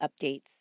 updates